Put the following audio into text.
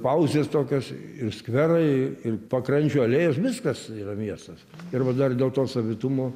pauzės tokios ir skverai ir pakrančių alėjos viskas yra miestas ir va dar dėl to savitumo